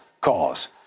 cause